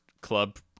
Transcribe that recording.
club